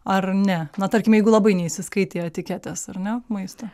ar ne na tarkim jeigu labai neįsiskaitė į etiketes ar ne maisto